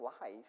life